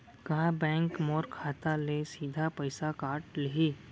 का बैंक मोर खाता ले सीधा पइसा काट लिही?